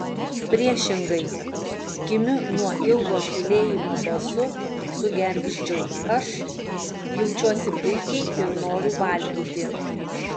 priešingai kimiu nuo ilgo tylėjimo balsu sugergždžiau aš jaučiuosi puikiai ir noriu valgyti